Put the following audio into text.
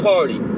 Party